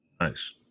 Nice